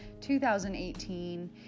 2018